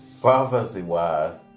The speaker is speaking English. Prophecy-wise